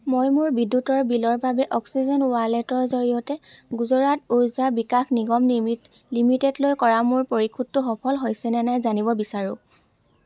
মই মোৰ বিদ্যুতৰ বিলৰ বাবে অক্সিজেন ৱালেটৰ জৰিয়তে গুজৰাট উৰ্জা বিকাশ নিগম লিমি লিমিটেডলৈ কৰা মোৰ পৰিশোধটো সফল হৈছে নে নাই জানিব বিচাৰো